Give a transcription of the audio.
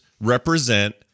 represent